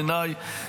בעיניי,